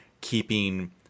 keeping